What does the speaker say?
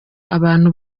abantu